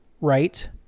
right